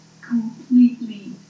completely